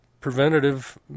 preventative